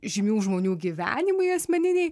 žymių žmonių gyvenimai asmeniniai